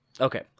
Okay